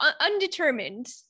Undetermined